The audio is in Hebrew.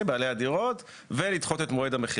זה עוד אפשרות.